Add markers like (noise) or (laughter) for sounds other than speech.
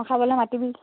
(unintelligible)